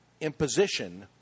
imposition